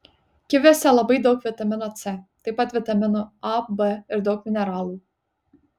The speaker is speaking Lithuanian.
kiviuose labai daug vitamino c taip pat vitaminų a b ir daug mineralų